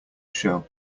show